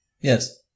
Yes